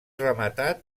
rematat